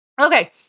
Okay